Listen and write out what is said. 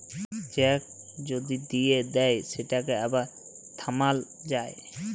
cheque যদি দিঁয়ে দেই সেটকে আবার থামাল যায়